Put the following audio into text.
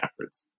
efforts